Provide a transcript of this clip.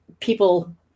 people